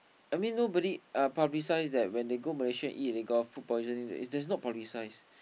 I mean nobody uh publicize that when they go Malaysia and eat they got food poisoning it's not publicized